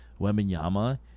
Weminyama